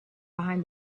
behind